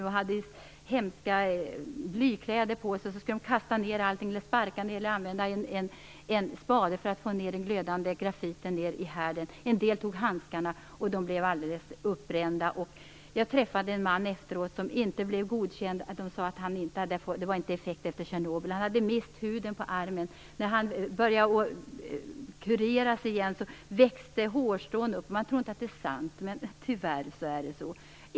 De bar hemska blykläder och skulle kasta, sparka eller använda spade för att få ned den glödande grafiten i härden. En del tog handskarna, och de blev alldeles uppbrända. Jag träffade en man efteråt som inte fick sina skador erkända som effekter av Tjernobyl. Han hade mist huden på armen. När han började bli bättre igen växte hårstrån upp. Man tror inte att det är sant, men tyvärr är det så.